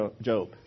Job